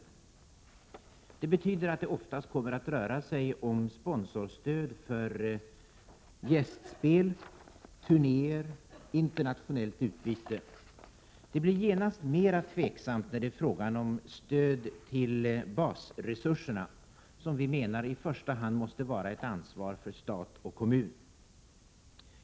Detta betyder att det oftast kommer att röra sig om sponsorstöd för gästspel, turnéer eller internationellt utbyte. Frågan blir mera tveksam när det handlar om stöd till basresurserna. Detta måste vara ett ansvar som i första hand åvilar stat och kommuner.